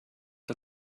que